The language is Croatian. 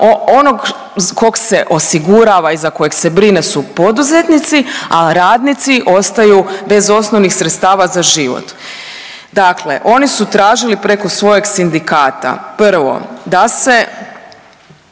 onog kog se osigurava i za kojeg se brine su poduzetnici, al radnici ostaju bez osnovnih sredstava za život. Dakle, oni su tražili preko svojeg sindikata, prvo da se